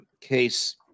case